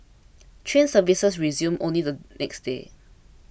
train services resumed only the next day